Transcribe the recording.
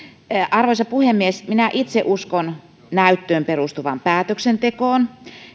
arvoisa puhemies minä itse uskon näyttöön perustuvaan päätöksentekoon